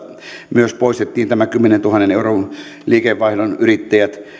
myös poistettiin nämä kymmenentuhannen euron liikevaihdon yrittäjät